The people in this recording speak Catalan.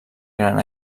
gran